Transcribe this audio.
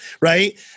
right